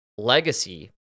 Legacy